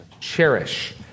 cherish